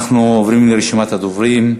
אנחנו עוברים לרשימת הדוברים.